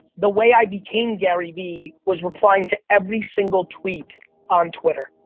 the way i became garyvee, was replying to every single tweet on twitter.